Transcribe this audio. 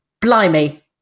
Blimey